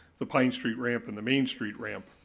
the pine street ramp and the main street ramp.